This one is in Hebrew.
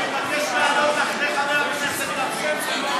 אני מבקש לעלות אחרי חבר הכנסת לפיד.